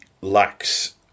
lacks